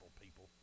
people